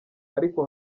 ariko